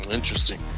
Interesting